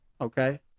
okay